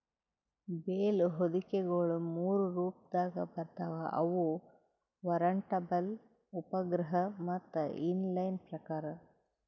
bale ಹೊದಿಕೆಗೊಳ ಮೂರು ರೊಪದಾಗ್ ಬರ್ತವ್ ಅವು ಟರಂಟಬಲ್, ಉಪಗ್ರಹ ಮತ್ತ ಇನ್ ಲೈನ್ ಪ್ರಕಾರ್